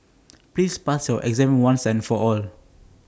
please pass your exam once and for all